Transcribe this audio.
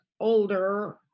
older